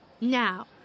Now